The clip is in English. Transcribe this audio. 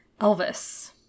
Elvis